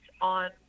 on